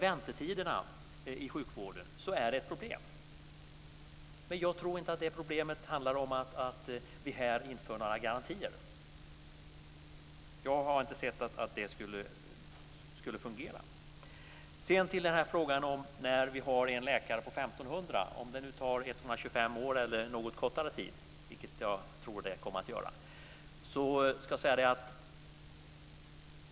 Väntetiderna i sjukvården är ett problem, men jag tror inte att lösningen är att vi här inför några garantier. Jag har inte sett att det skulle fungera. Sedan går jag till frågan om när vi kommer att ha uppnått målet om en läkare på 1 500 invånare och om det tar 125 år eller något kortare tid, vilket jag tror att det kommer att göra.